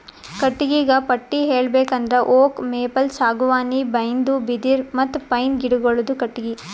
ಕಟ್ಟಿಗಿಗ ಪಟ್ಟಿ ಹೇಳ್ಬೇಕ್ ಅಂದ್ರ ಓಕ್, ಮೇಪಲ್, ಸಾಗುವಾನಿ, ಬೈನ್ದು, ಬಿದಿರ್ ಮತ್ತ್ ಪೈನ್ ಗಿಡಗೋಳುದು ಕಟ್ಟಿಗಿ